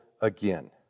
again